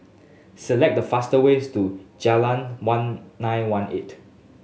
select the faster ways to Jayleen One Nine One Eight